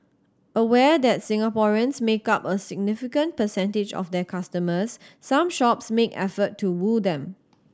aware that Singaporeans make up a significant percentage of their customers some shops make effort to woo them